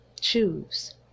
Choose